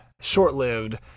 short-lived